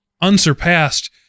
unsurpassed